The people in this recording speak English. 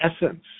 essence